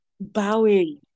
Bowing